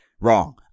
Wrong